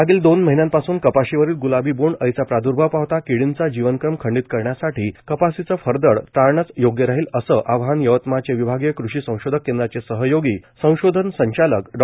मागील दोन महिन्यापासून कपाशीवरील ग्लाबी बोंड अळीचा प्रादुर्भाव पाहता किर्डीचा जीवनक्रम खंडित करण्यासाठी कपाशीचे फरदड टाळनेच योग्य राहील असे आवाहन यवतमाळचे विभागीय कृषी संशोधन केंद्राचे सहयोगी संशोधन संचालक डॉ